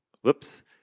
whoops